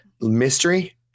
mystery